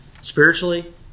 spiritually